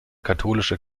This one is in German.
katholische